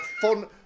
Fun